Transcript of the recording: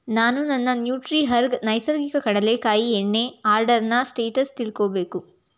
ನಾನು ನನ್ನ ನ್ಯೂಟ್ರಿಹರ್ಗ್ ನೈಸರ್ಗಿಕ ಕಡಲೆಕಾಯಿ ಎಣ್ಣೆ ಆರ್ಡರ್ನ ಸ್ಟೇಟಸ್ ತಿಳ್ಕೋಬೇಕು